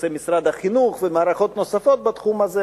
משרד החינוך ומערכות נוספות בתחום הזה,